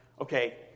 okay